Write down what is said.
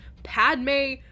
padme